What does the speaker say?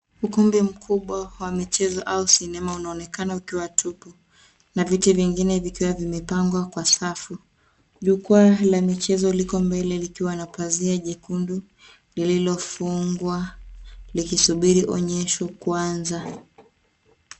Ukumbi mkubwa wa michezo au sinema unaonekana ukiwa tupu na viti vingine vikiwa vimepangwa kwa safu. Jukwaa la michezo liko mbele likiwa na pazia jekundu lililofungwa likisubiri onyesho kuanza.